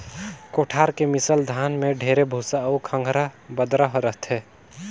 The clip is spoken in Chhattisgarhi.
कोठार के मिसल धान में ढेरे भूसा अउ खंखरा बदरा रहथे